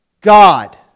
God